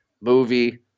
Movie